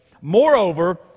Moreover